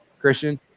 Christian